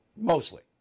Mostly